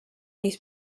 these